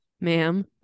ma'am